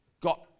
got